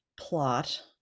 plot